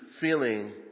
feeling